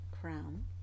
crown